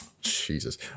Jesus